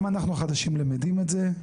גם אנחנו החדשים למדים את זה.